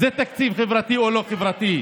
רק תעמדו בהסכם.